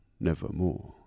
nevermore